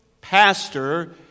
pastor